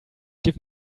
give